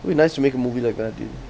would be nice to make a movie like that dude